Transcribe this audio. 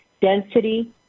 density